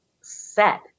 set